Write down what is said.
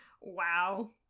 Wow